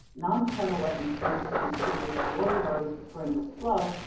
non-tidal wetlands connected and contiguous to water bodies with perennial flow,